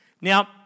Now